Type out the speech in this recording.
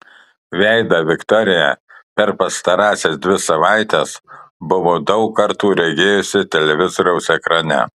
veidą viktorija per pastarąsias dvi savaites buvo daug kartų regėjusi televizoriaus ekrane